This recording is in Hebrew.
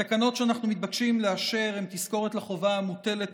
התקנות שאנחנו מתבקשים לאשר הן תזכורת לחובה המוטלת